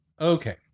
Okay